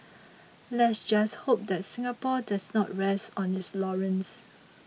let's just hope that Singapore does not rest on its laurels